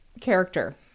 character